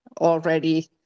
already